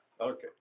Okay